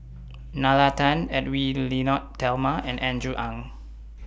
Nalla Tan Edwy Lyonet Talma and Andrew Ang